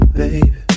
baby